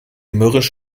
mürrisch